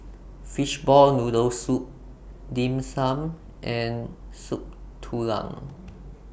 Fishball Noodle Soup Dim Sum and Soup Tulang